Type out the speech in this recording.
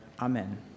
Amen